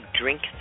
drink